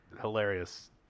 hilarious